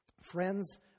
friends